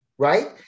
Right